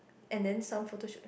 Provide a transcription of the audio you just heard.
and then some photos